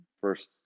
first